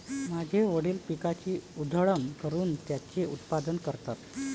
माझे वडील पिकाची उधळण करून त्याचे उत्पादन करतात